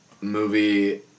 movie